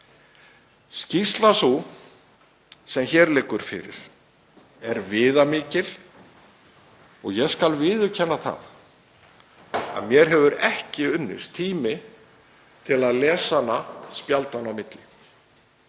Skýrsla sú sem hér liggur fyrir er viðamikil. Ég skal viðurkenna að mér hefur ekki unnist tími til að lesa hana spjaldanna á milli